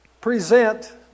present